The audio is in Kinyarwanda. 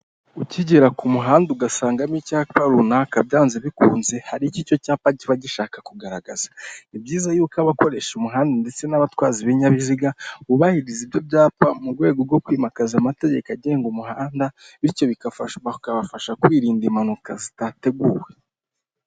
Ukigera ku muhanda ugasangamo icyapa runaka byanze bikunze hari icyo icyo cyapa kiba gishaka kugaragaza, ni byiza y'uko abakoresha umuhanda ndetse n'abatwaza ibinyabiziga bubahiriza ibyo byapa mu rwego rwo kwimakaza amategeko agenga umuhanda bityo bikafa bakabafasha kwirinda impanuka zitateguwe.